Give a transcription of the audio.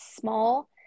small